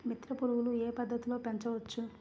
మిత్ర పురుగులు ఏ పద్దతిలో పెంచవచ్చు?